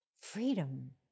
freedom